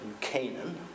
Canaan